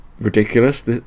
ridiculous